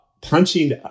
punching